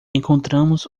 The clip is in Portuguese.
encontramos